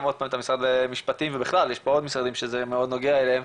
משרד המשפטים ובכלל יש פה עוד משפטים שזה מאוד נוגע אליהם,